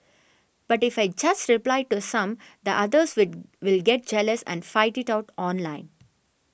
but if I just reply to some the others will will get jealous and fight it out online